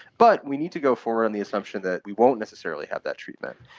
but we need to go forward on the assumption that we won't necessarily have that treatment.